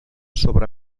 sobre